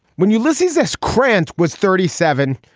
when ulysses s. grant was thirty seven.